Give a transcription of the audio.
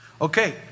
Okay